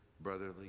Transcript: brotherly